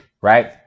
right